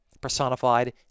personified